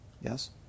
Yes